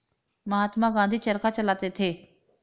महात्मा गांधी चरखा चलाते थे